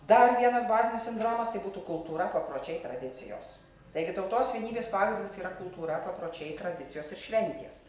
dar vienas bazinis sindromas tai būtų kultūra papročiai tradicijos taigi tautos vienybės pagrindas yra kultūra papročiai tradicijos ir šventės